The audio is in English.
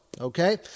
Okay